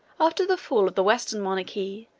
after the fall of the western monarchy,